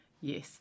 Yes